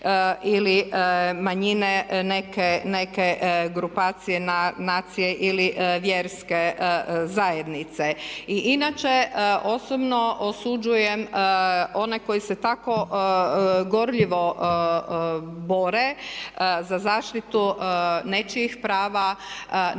ili manjine neke grupacije nacije ili vjerske zajednice. I inače osobno osuđujem one koji se tako gorljivo bore za zaštitu nečijih prava na